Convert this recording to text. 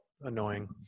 Annoying